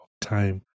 time